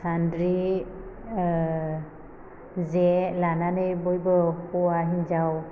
सान्द्रि जे लानानै बयबो हौवा हिन्जाव